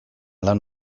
lan